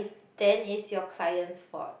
then it's your client's fault